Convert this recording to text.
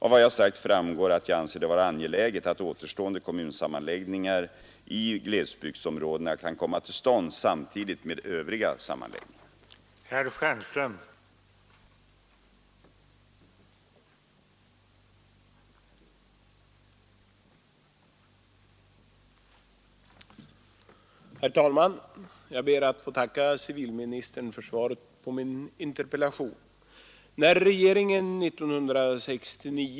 Av vad jag sagt framgår att jag anser det vara angeläget att återstående kommunsammanläggningar i glesbygdsområdena kan komma till stånd samtidigt med övriga sammanläggningar.